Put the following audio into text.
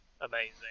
Amazing